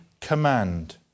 command